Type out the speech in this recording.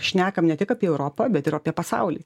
šnekam ne tik apie europą bet ir apie pasaulį